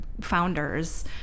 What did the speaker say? founders